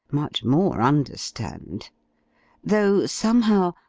much more understand though, somehow,